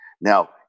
Now